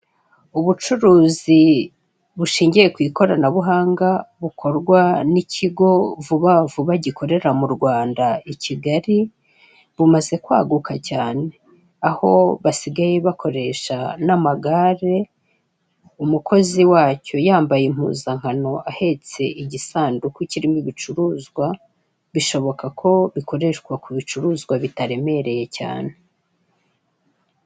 Ubucuruzi bushingiye ku ikoranabuhanga bukorwa n'ikigo vubavuba gikorera mu Rwanda i kigali kimaze kwaguka cyane, aho basigaye bakoresha n'amagare, umukozi wacyo yambaye impuzankano ahetse igisanduku kirimo ibicuruzwa, bishobora ko bikoreshwa ku bicuruzwa bitaremereye cyane.